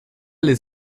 les